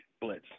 blitz